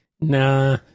nah